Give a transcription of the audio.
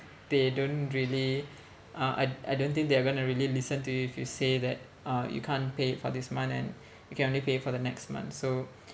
they don't really uh I I don't think they are gonna really listen to you if you say that uh you can't pay it for this month and you can only pay for the next month so